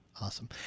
Awesome